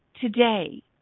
today